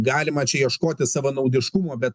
galima čia ieškoti savanaudiškumo bet